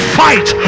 fight